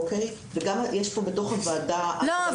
אוקי וגם יש פה בתוך הוועדה --- לא,